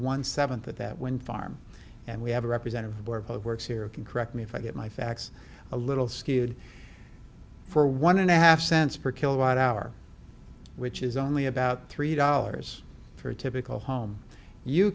one seventh of that wind farm and we have a representative of works here can correct me if i get my facts a little skewed for one and a half cents per kilowatt hour which is only about three dollars for a typical home you